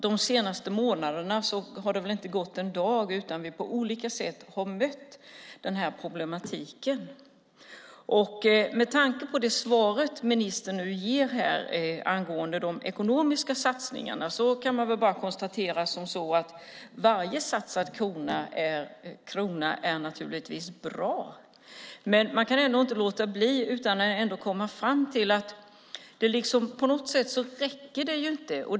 De senaste månaderna har det väl inte gått en dag utan att vi på olika sätt har mött den här problematiken. Med tanke på det svar ministern nu ger angående de ekonomiska satsningarna kan man väl bara konstatera att varje satsad krona naturligtvis är bra. Men jag kan ändå inte komma fram till annat än att det inte räcker.